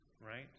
Right